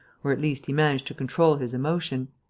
or, at least, he managed to control his emotion.